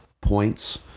points